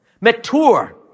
mature